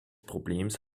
problems